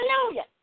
Hallelujah